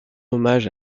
hommage